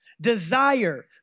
desire